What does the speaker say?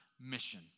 mission